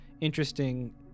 interesting